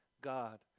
God